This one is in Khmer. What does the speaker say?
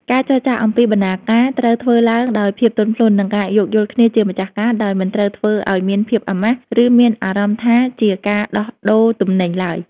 ការចរចាអំពីបណ្ណាការត្រូវធ្វើឡើងដោយភាពទន់ភ្លន់ និងការយោគយល់គ្នាជាម្ចាស់ការ ដោយមិនត្រូវធ្វើឱ្យមានភាពអាម៉ាស់ ឬមានអារម្មណ៍ថាជាការដោះដូរទំនិញឡើយ។